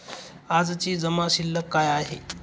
आजची जमा शिल्लक काय आहे?